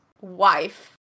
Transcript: wife